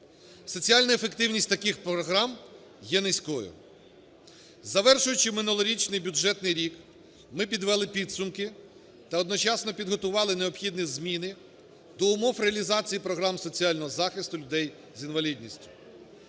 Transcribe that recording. Соціальна ефективність таких програм є низькою. Завершуючи минулорічний бюджетний рік, ми підвели підсумки та одночасно підготували необхідні зміни до умов реалізації програм соціального захисту людей з інвалідністю.